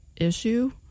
issue